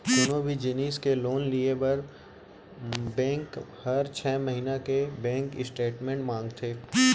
कोनों भी जिनिस के लोन लिये म बेंक हर छै महिना के बेंक स्टेटमेंट मांगथे